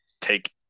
take